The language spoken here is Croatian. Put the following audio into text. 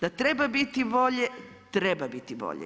Da treba biti bolje, treba biti bolje.